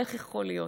איך יכול להיות?